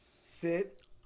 sit